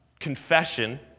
confession